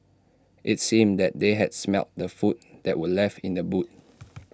IT seemed that they had smelt the food that were left in the boot